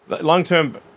Long-term